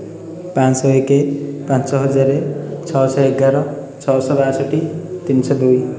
ପାଞ୍ଚଶହ ଏକ ପାଞ୍ଚ ହଜାର ଛଅଶହ ଏଗାର ଛଅଶହ ବାଷଠି ତିନିଶହ ଦୁଇ